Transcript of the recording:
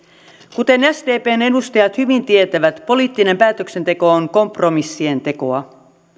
kuten sdpn edustajat hyvin tietävät poliittinen päätöksenteko on kompromissien tekoa